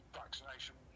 vaccination